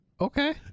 okay